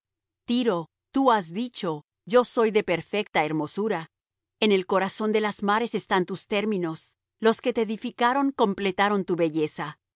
tiro tú has dicho yo soy de perfecta hermosura en el corazón de las mares están tus términos los que te edificaron completaron tu belleza